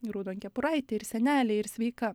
raudonkepuraitė ir senelė ir sveika